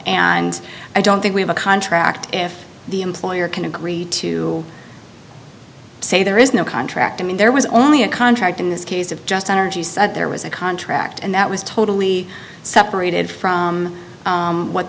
and i don't think we have a contract if the employer can agree to say there is no contract i mean there was only a contract in this case of just energies that there was a contract and that was totally separated from what